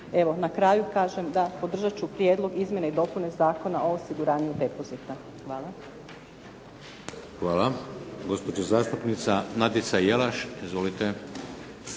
Evo, na kraju kažem da podržat ću prijedlog izmjene i dopune Zakona o osiguranju depozita. Hvala. **Šeks, Vladimir (HDZ)** Gospođa zastupnica Nadica Jelaš. Izvolite.